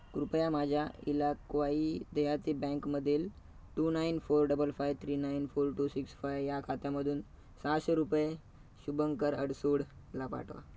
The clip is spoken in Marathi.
कृपया माझ्या इलाक्वाई देहाती बँकमधील two nine four double five three nine four two six five या खात्यामधून सहाशे रुपये शुभंकर अडसूडला पाठवा